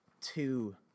two